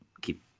keep